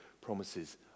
promises